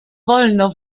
wolno